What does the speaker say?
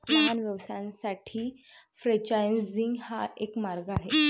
लहान व्यवसायांसाठी फ्रेंचायझिंग हा एक मार्ग आहे